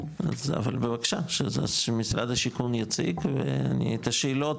אבל בבקשה שמשרד השיכון יציג ואני את השאלות,